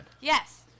Yes